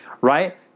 right